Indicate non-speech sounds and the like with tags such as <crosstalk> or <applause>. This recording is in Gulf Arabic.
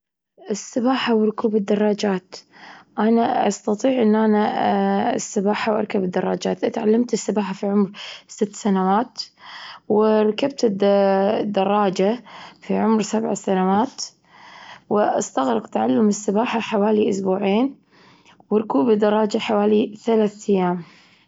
السباحة، وركوب الدراجات، أنا أستطيع أن أنا <hesitation> السباحة وأركب الدراجات. تعلمت السباحة في عمر ست سنوات وركبت الد- الدراجة في عمر سبع سنوات واستغرق تعلم السباحة حوالي أسبوعين وركوب الدراجة حوالي ثلاث أيام.